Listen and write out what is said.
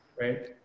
Right